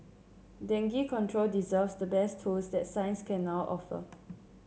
dengue control deserves the best tools that science can now offer